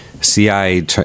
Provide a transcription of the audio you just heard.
CIA